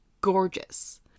gorgeous